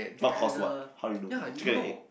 what cause what how you do chicken and egg